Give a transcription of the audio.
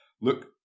look